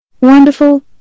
Wonderful